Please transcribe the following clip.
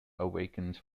awakens